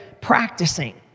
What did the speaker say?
practicing